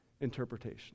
interpretation